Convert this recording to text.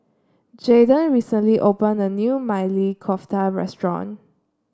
Jaiden recently opened a new Maili Kofta Restaurant